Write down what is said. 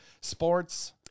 sports